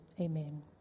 amen